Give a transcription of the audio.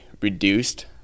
reduced